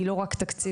היא לא רק תקציבית.